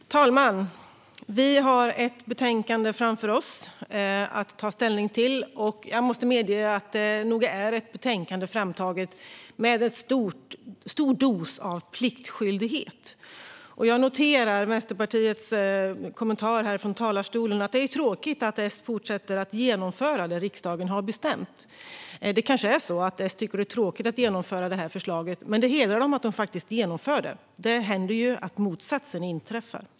Fru talman! Vi har ett betänkande framför oss att ta ställning till. Jag måste medge att det nog är ett betänkande framtaget med en stor dos av pliktskyldighet. Jag noterar Vänsterpartiets kommentar härifrån talarstolen att det är tråkigt att S fortsätter att genomföra det riksdagen har bestämt. Det kanske är så att S tycker att det är tråkigt att genomföra det här förslaget, men det hedrar dem att de faktiskt genomför det. Det händer ju att motsatsen inträffar.